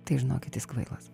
tai žinokit jis kvailas